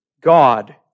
God